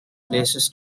places